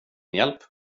hjälp